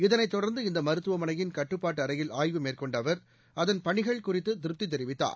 இதனைத் தொடர்ந்து இந்த மருத்துவமனையின் கட்டுப்பாட்டு அறையில் ஆய்வு மேற்கொண்ட அவர் அதன் பணிகள் குறித்து திருப்தி தெரிவித்தார்